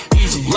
easy